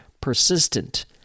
persistent